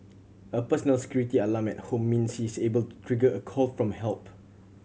a personal security alarm at home means she is able to trigger a call for help